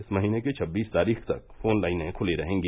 इस महीने की छब्बीस तारीख तक फोन लाइनें खुली रहेंगी